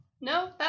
No